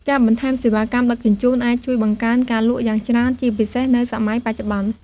ការបន្ថែមសេវាកម្មដឹកជញ្ជូនអាចជួយបង្កើនការលក់យ៉ាងច្រើន ជាពិសេសនៅសម័យបច្ចុប្បន្ន។